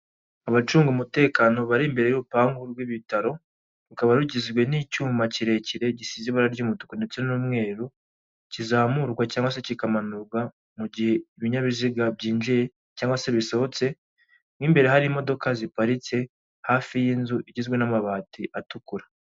Abacunga umutekano bari imbere y'urupangu rw'ibitaro, rukaba rugizwe n'icyuma kirekire gisize ibara ry'umutuku ndetse n'umweru, kizamurwa cyangwa se kikamanurwa mu mugihe ibinyabiziga byinjiye cyangwa se bisohotse, mo imbere hari imodoka ziparitse, hafi y'inzu igizwe n'amabati atukura.